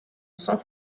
sang